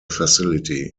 facility